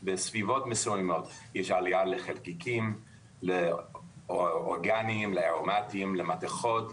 יש עלייה בחלקיקים אורגניים ומתכות,